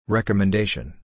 Recommendation